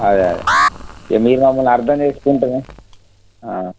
అదే అదే ఇగా మీరు మమ్మల్ని అర్థం చేసుకుంటేనే